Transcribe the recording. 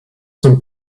some